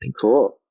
Cool